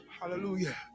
Hallelujah